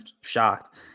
shocked